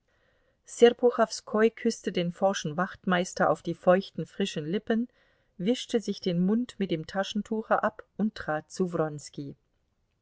serpuchowskoi küßte den forschen wachtmeister auf die feuchten frischen lippen wischte sich den mund mit dem taschentuche ab und trat zu